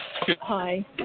Hi